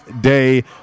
day